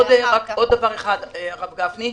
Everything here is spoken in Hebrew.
עוד דבר אחד חשוב, הרב גפני,